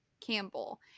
Campbell